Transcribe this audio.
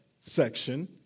section